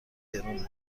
گرونه